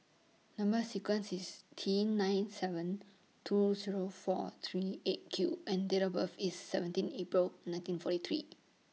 Number sequence IS T nine seven two Zero four three eight Q and Date of birth IS seventeen April nineteen forty three